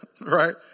right